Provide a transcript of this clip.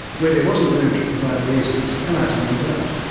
where there wasn't room to provide reasons, an item went out.